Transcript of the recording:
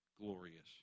glorious